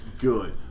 good